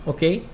Okay